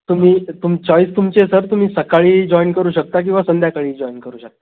तुम्ही तुम चॉईस तुमची आहे सर तुम्ही सकाळी जॉईन करू शकता किंवा संध्याकाळी जॉईन करू शकता